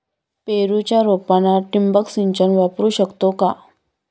पेरूच्या रोपांना ठिबक सिंचन वापरू शकतो का?